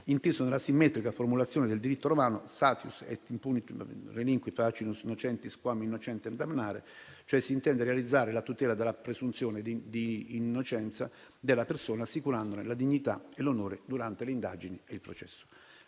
nella simmetrica formulazione del diritto romano, *sanctius est impunitum relinqui facinus nocentis quam innocentem damnare.* Si intende, cioè, realizzare la tutela della presunzione di innocenza della persona, assicurandone la dignità e l'onore durante le indagini e il processo.